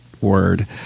word